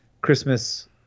Christmas